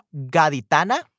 gaditana